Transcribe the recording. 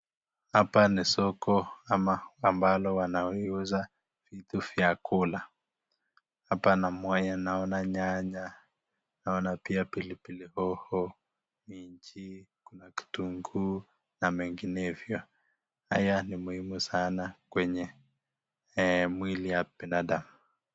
Hapa ni soko ama ambalo wanauza vitu vya kula. Hapa naona nyanya, naona pilipili hoho minji kuna kitunguu na menginevyo. Haya ni muhimu sana kwenye mwili ya binadamu.